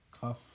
cuff